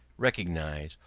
recognise,